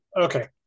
Okay